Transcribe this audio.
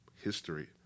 history